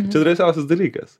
čia drąsiausias dalykas